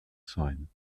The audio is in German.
sein